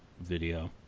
video